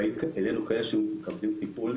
באים אלינו כאלה שמקבלים טיפול,